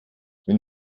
wenn